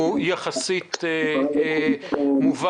אבל החישוב יחסית מובן,